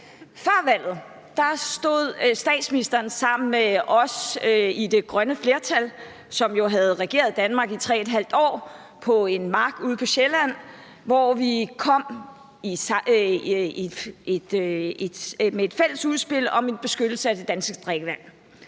Før valget stod statsministeren sammen med os i det grønne flertal, som jo havde regeret Danmark i 3½ år, på en mark ude på Sjælland, hvor vi kom med et fælles udspil om beskyttelse af det danske drikkevand